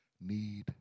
need